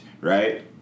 right